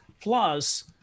plus